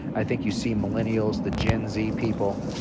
i think you see millennials, the gen z people.